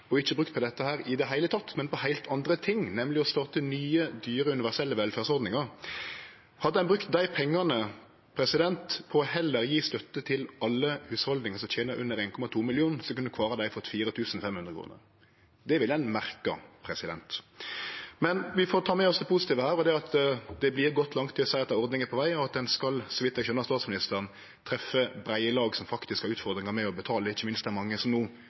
og ikkje brukt det på dette i det heile, men på heilt andre ting, nemleg å starte nye, dyre universelle velferdsordningar. Hadde ein heller brukt dei pengane på å gje støtte til alle hushald som tener under 1,2 mill. kr, kunne kvar av dei fått 4 500 kr. Det ville ein merka. Men vi får ta med oss det positive her, og det er at ein går langt i å seie at ei ordning er på veg, og at ho, så vidt eg skjønar statsministeren, skal treffe breie lag som faktisk har utfordringar med å betale, ikkje minst dei mange som no